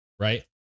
right